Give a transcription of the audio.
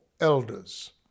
elders